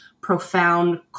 profound